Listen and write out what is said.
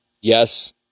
Yes